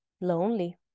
lonely